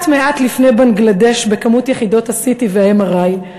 לפני בנגלדש בכמות יחידות ה-CT וה-MRI.